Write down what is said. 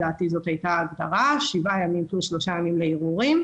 שזה שבעה ימים פלוס שלושה ימים לערעורים.